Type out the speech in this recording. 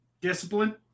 Discipline